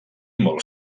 molt